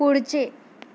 पुढचे